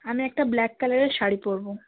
আমি একটা ব্ল্যাক কালারের শাড়ি পরবো